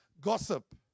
gossip